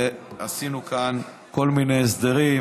ועשינו כאן כל מיני הסדרים